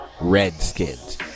Redskins